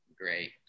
Great